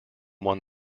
won